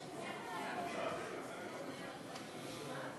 מניעת השתתפות בבחירות בשל היעדר ייצוג לבני שני המינים)